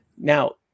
Now